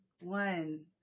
One